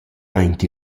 aint